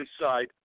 side